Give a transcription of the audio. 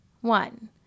One